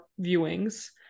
viewings